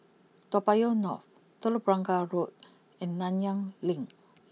Toa Payoh North Telok Blangah Road and Nanyang Link